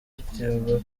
active